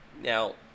Now